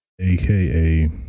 aka